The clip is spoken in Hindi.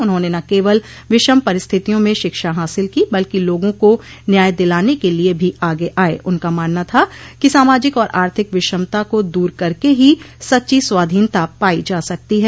उन्होंने न केवल विषम परिस्थितियों में शिक्षा हासिल की बल्कि लोगों को न्याय दिलाने के लिये भी आगे आये उनका मानना था कि सामाजिक और आर्थिक विषमता को दूर करके ही सच्ची स्वाधीनता पाई जा सकती है